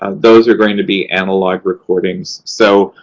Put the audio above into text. um those are going to be analog recordings. so,